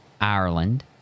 Ireland